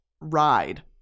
ride